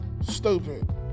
stupid